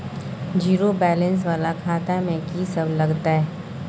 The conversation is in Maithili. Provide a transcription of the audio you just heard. जीरो बैलेंस वाला खाता में की सब लगतै?